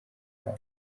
wabo